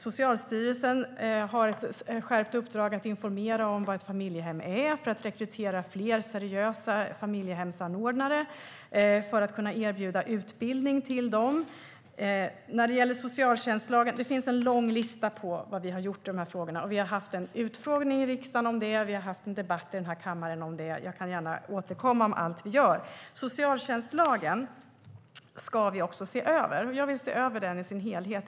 Socialstyrelsen har ett skärpt uppdrag att informera om vad ett familjehem är, för att rekrytera fler seriösa familjehemsanordnare och för att kunna erbjuda utbildning till dem. Det finns en lång lista över vad vi har gjort i de här frågorna, och vi har haft en utfrågning i riksdagen om det. Vi har haft en debatt i kammaren om det, och jag kan gärna återkomma om allt vi gör. Socialtjänstlagen ska vi också se över, och jag vill se över den i dess helhet.